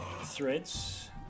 Threads